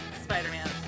Spider-Man